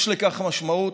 יש לכך משמעות,